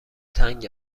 تنگ